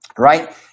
right